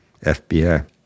FBI